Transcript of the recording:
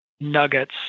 Nuggets